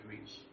reach